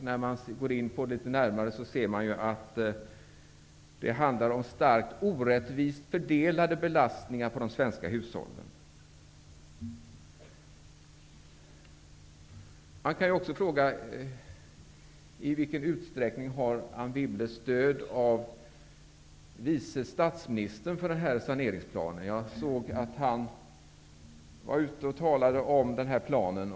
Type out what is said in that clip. När man går litet närmare in på det ser man att det handlar om starkt orättvist fördelade belastningar på de svenska hushållen. Man kan också fråga: I vilken utsträckning har Anne Wibble stöd av vice statsministern för denna saneringsplan? Jag såg att han var ute och talade om den här planen.